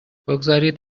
بگذارید